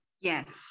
Yes